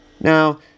Now